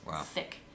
thick